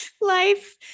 life